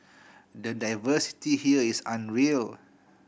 the diversity here is unreal